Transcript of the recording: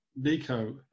nico